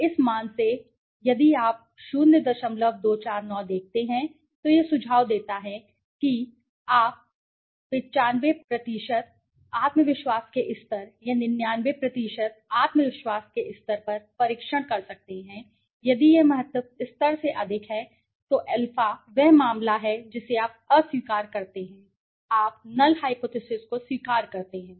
इस मान से इस मान से यदि आप 0249 देखते हैं तो यह सुझाव देता है कि क्योंकि आप 95 आत्मविश्वास के स्तर या 99 आत्मविश्वास के स्तर पर परीक्षण कर सकते हैं यदि यह महत्व स्तर से अधिक है तो α वह मामला जिसे आप अस्वीकार करते हैं आप नल हाइपोथिसिस को स्वीकार करते हैं